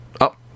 up